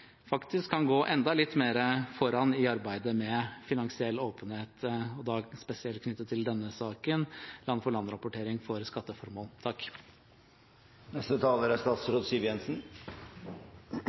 faktisk kan gå enda litt mer foran i arbeidet med finansiell åpenhet, spesielt knyttet til denne saken: land-for-land-rapportering for skatteformål? La meg begynne med å takke representanten Wickholm for